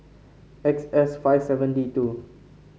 X S five seven D two